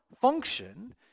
function